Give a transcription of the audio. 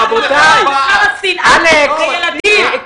כמה שנאה ורוע לילדים.